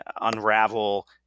unravel